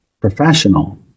professional